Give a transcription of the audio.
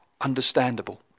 Understandable